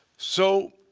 so